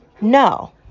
No